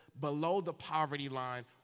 below-the-poverty-line